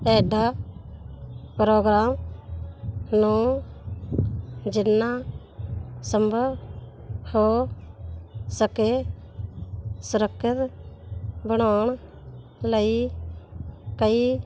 ਐਦਾ ਪ੍ਰੋਗਰਾਮ ਨੂੰ ਜਿੰਨਾ ਸੰਭਵ ਹੋ ਸਕੇ ਸੁਰੱਖਿਅਤ ਬਣਾਉਣ ਲਈ ਕਈ